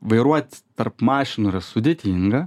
vairuot tarp mašinų sudėtinga